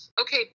okay